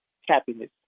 happiness